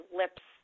lips